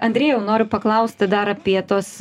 andrejau noriu paklausti dar apie tuos